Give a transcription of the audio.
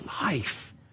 life